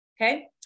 Okay